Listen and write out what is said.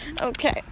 Okay